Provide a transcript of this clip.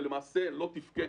ולמעשה לא תפקד,